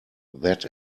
that